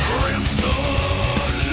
Crimson